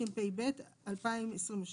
התשפ"ב-2022